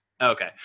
okay